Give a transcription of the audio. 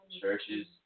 Churches